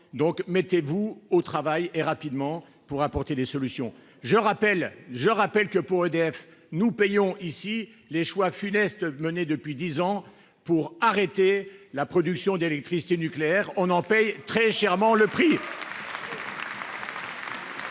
Donc, mettez-vous au travail et rapidement pour apporter des solutions. Je rappelle, je rappelle que pour EDF, nous payons ici les choix funestes menée depuis 10 ans pour arrêter la production d'électricité nucléaire on en payent très chèrement le prix.